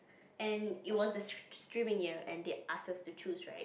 and it was the str~ streaming year and they ask us to choose right